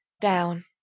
Down